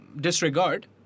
disregard